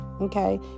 Okay